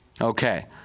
Okay